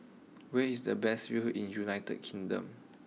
where is the best view in United Kingdom